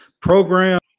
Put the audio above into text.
program